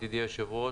ידידי היושב-ראש,